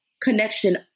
connection